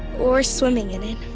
or swimming in it,